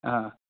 हां